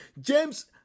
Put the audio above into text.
James